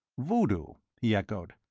voodoo? he echoed.